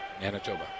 Manitoba